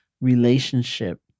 relationship